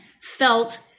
felt